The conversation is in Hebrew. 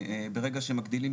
ברגע שמגדילים,